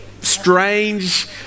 strange